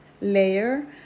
layer